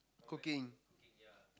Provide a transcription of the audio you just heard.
cooking